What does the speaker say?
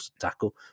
tackle